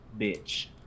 bitch